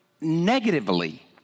negatively